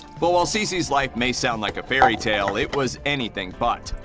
but while sisi's life may sound like a fairy tale, it was anything but.